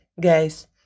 guys